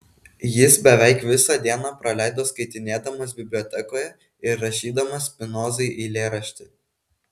jis beveik visą dieną praleido skaitinėdamas bibliotekoje ir rašydamas spinozai eilėraštį